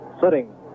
sitting